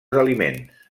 aliments